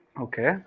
Okay